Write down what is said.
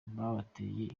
babateye